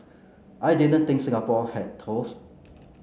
I didn't think Singapore had touts